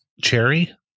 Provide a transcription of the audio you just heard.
cherry